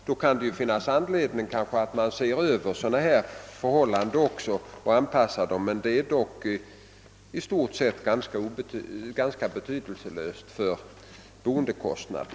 Det finns kanske anledning att i det sammanhanget också se över dessa förhållanden och anpassa normerna efter dem, men det gäller dock saker som i stort sett är ganska betydelselösa för boendekostnaden.